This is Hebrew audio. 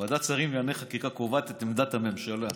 ועדת השרים לענייני חקיקה קובעת את עמדת הממשלה,